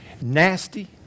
nasty